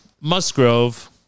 Musgrove